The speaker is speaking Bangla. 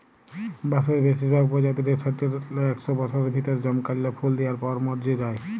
বাঁসের বেসিরভাগ পজাতিয়েই সাট্যের লে একস বসরের ভিতরে জমকাল্যা ফুল দিয়ার পর মর্যে যায়